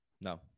No